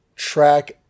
Track